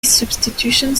substitutions